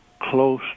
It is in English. close